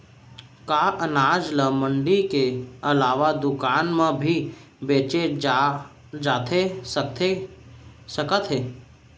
का अनाज ल मंडी के अलावा दुकान म भी बेचे जाथे सकत हे?